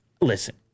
Listen